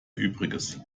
übriges